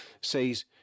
says